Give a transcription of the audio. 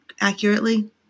accurately